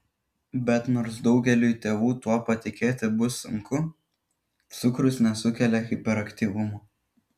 bet nors daugeliui tėvų tuo patikėti bus sunku cukrus nesukelia hiperaktyvumo